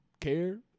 care